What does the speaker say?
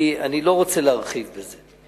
אני לא רוצה להרחיב בזה.